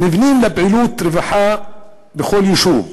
מבנים לפעילות רווחה בכל יישוב,